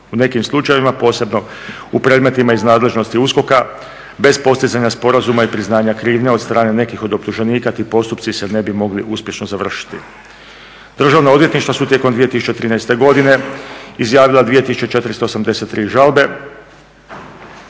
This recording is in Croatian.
U nekim slučajevima, posebno u predmetima iz nadležnosti USKOK-a, bez postizanja sporazuma i priznanja krivnje od strane nekih od optuženika ti postupci se ne bi mogli uspješno završiti. Državna odvjetništva su tijekom 2013. godine izjavila 2483 žalbe.